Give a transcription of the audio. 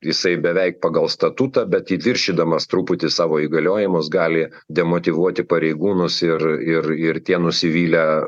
jisai beveik pagal statutą bet viršydamas truputį savo įgaliojimus gali demotyvuoti pareigūnus ir ir ir tie nusivylę